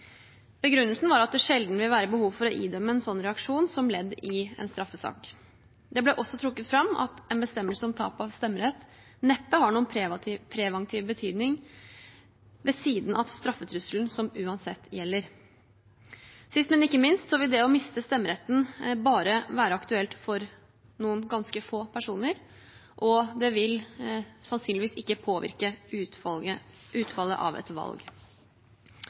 Begrunnelsen var at det sjelden vil være behov for å idømme en sånn reaksjon som ledd i en straffesak. Det ble også trukket fram at en bestemmelse om tap av stemmerett neppe har noen preventiv betydning ved siden av straffetrusselen som uansett gjelder. Sist, men ikke minst vil det å miste stemmeretten bare være aktuelt for noen ganske få personer, og det vil sannsynligvis ikke påvirke utfallet av et valg.